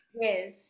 Yes